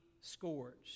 scorched